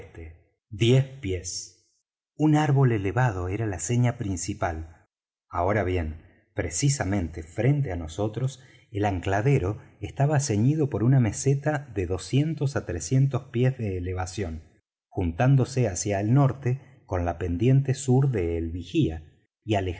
diez pies un árbol elevado era la seña principal ahora bien precisamente frente á nosotros el ancladero estaba ceñido por una meseta de dos á trescientos pies de elevación juntándose hacia el norte con la pendiente sur de el vigía